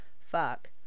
fuck